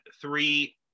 three